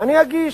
אני אגיש.